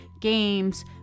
games